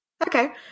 Okay